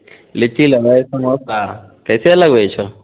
लिट्टी लेबै समोसा कैसे लगबै छहो